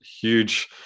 huge